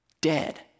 dead